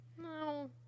No